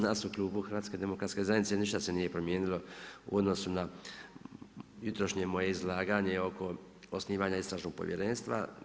Nas u Klubu HDZ-a ništa se nije promijenilo u odnosu na jutrošnje moje izlaganje oko osnivanje istražnog povjerenstva.